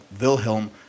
Wilhelm